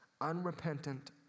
unrepentant